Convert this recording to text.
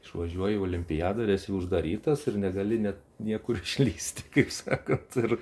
išvažiuoji olimpiadą ir esi uždarytas ir negali net niekur išlįsti kaip sakot ir